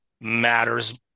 matters